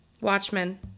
Watchmen